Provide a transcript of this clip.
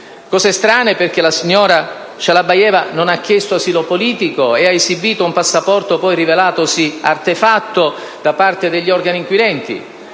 Cose strane, perché la signora Shalabayeva non ha chiesto asilo politico e ha esibito un passaporto poi rivelatosi artefatto alla stregua di quanto